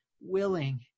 willing